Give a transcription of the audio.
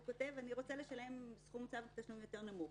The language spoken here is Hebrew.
הוא כותב: אני רוצה לשלם סכום צו תשלומים יותר נמוך.